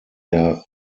der